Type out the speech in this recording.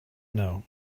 know